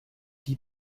die